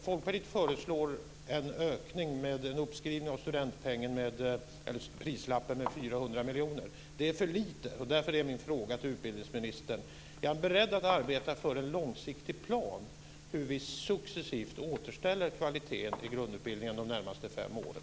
Folkpartiet föreslår en uppskrivning när det gäller studentpengen med 400 miljoner. Det är för lite. Därför är min fråga till utbildningsministern om han är beredd att arbeta för en långsiktig plan för hur vi successivt ska återställa kvaliteten i grundutbildningen under de närmaste fem åren.